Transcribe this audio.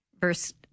Verse